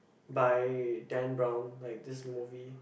by Dan Brown like this movie